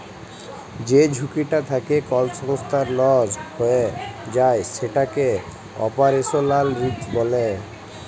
যে ঝুঁকিটা থ্যাকে কল সংস্থার লস হঁয়ে যায় সেটকে অপারেশলাল রিস্ক ব্যলে